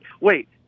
Wait